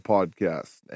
Podcast